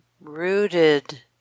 rooted